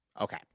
Okay